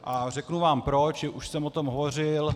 A řeknu vám proč, už jsem o tom hovořil.